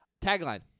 Tagline